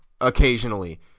occasionally